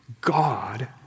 God